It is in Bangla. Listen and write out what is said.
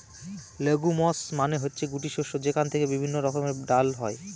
লেগুমস মানে হচ্ছে গুটি শস্য যেখান থেকে বিভিন্ন রকমের ডাল হয়